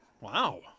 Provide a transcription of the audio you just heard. Wow